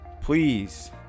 please